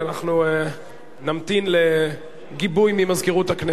אנחנו נמתין לגיבוי ממזכירות הכנסת.